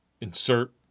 insert